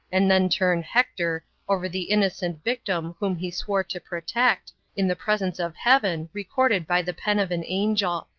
and then turn hector over the innocent victim whom he swore to protect, in the presence of heaven, recorded by the pen of an angel.